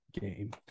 game